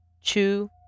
chu